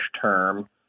term